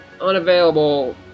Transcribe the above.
unavailable